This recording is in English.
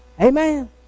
Amen